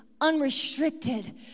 unrestricted